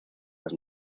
las